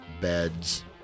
beds